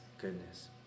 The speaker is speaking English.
goodness